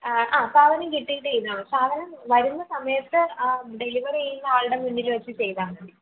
ആ ആ സാധനം കിട്ടിയിട്ട് ചെയ്താൽ മതി സാധനം വരുന്ന സമയത്ത് ആ ഡെലിവറി ചെയ്യുന്ന ആളുടെ മുന്നില് വച്ച് ചെയ്താൽ മതി